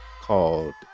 called